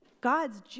God's